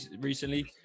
recently